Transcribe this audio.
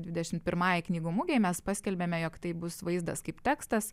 dvidešimt pirmai knygų mugei mes paskelbėme jog tai bus vaizdas kaip tekstas